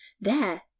There